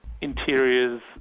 interiors